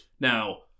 now